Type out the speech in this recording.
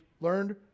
learned